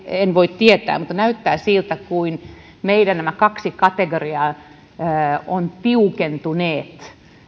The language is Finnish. en voi tietää mutta näyttää siltä kuin nämä meidän kaksi kategoriaa olisivat tiukentuneet